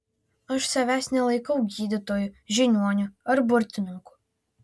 aš savęs nelaikau gydytoju žiniuoniu ar burtininku